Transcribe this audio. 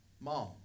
Mom